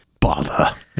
bother